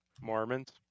Mormons